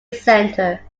centre